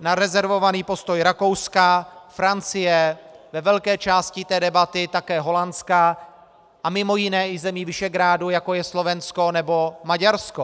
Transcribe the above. na rezervovaný postoj Rakouska, Francie, ve velké části té debaty také Holandska a mimo jiné i zemí Visegrádu, jako je Slovensko nebo Maďarsko.